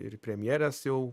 ir premjerės jau